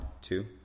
two